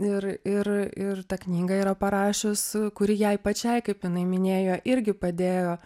ir ir ir tą knygą yra parašius kur jai pačiai kaip jinai minėjo irgi padėjo